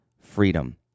freedom